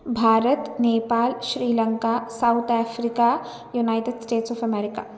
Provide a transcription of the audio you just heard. भारतं Nepal Sri Lanka South Africa United States of America